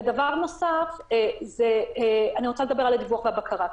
אני רוצה לדבר על הדיווח והבקרה.